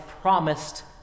promised